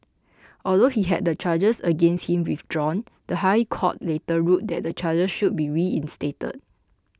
although he had the charges against him withdrawn the High Court later ruled that the charges should be reinstated